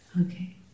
Okay